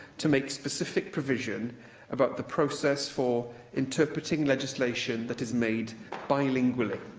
to make specific provision about the process for interpreting legislation that is made bilingually.